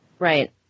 Right